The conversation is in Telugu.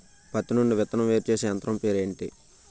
పత్తి నుండి విత్తనం వేరుచేసే యంత్రం పేరు ఏంటి